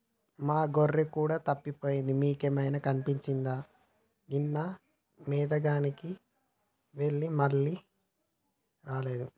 మా గొర్రె కూడా తప్పిపోయింది మీకేమైనా కనిపించిందా నిన్న మేతగాని వెళ్లి మళ్లీ రాలేదు